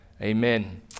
amen